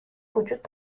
وجود